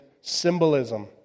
symbolism